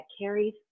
carries